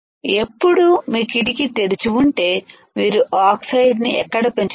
ఎప్పుడు మీ కిటికీ తెరిచి ఉంటే మీరు ఆక్సైడ్ను ఎక్కడ పెంచుతారు